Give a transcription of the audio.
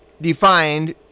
defined